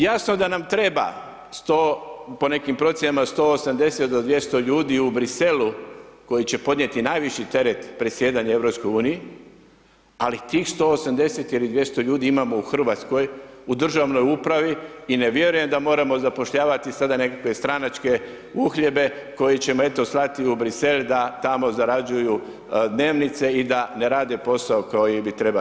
Jasno da nam treba 100, po nekim procjenama 180 do 200 ljudi u Briselu koji će podnijeti najviši teret predsjedanja u EU, ali tih 280 ili 200 ljudi imamo u Hrvatskoj, u državnoj upravi i ne vjerujem da moramo zapošljavati sada nekakve stranačke uhljebe koje ćemo eto slati u Brisel da tamo zarađuju dnevnice i da ne rade posao koji bi trebao.